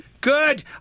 Good